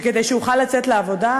שכדי שאוכל לצאת לעבודה,